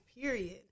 Period